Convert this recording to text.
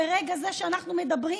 ברגע זה כשאנחנו מדברים,